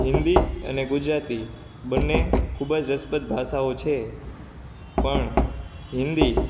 હિન્દી અને ગુજરાતી બંને ખૂબ જ રસપ્રદ ભાષાઓ છે પણ હિન્દી